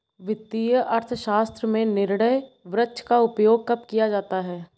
वित्तीय अर्थशास्त्र में निर्णय वृक्ष का उपयोग कब किया जाता है?